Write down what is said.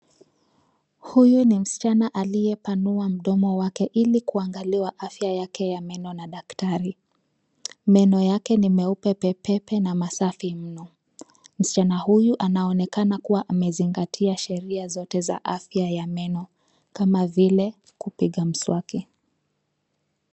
Huyu ni msichana aliyepanua mdomo wake ili kuangaliwa afya yake ya meno na daktari. Meno yake ni meupe pepepe na masafi mno. Msichana huyu anaonekana kuwa amezingatia sheria zote za afya ya meno kama vile kupiga mswaki.